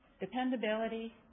dependability